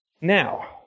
Now